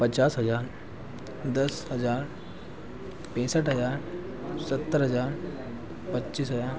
पचास हज़ार दस हज़ार पैंसठ हज़ार सत्तर हज़ार पच्चीस हज़ार